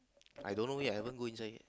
I don't know yet I haven't go inside yet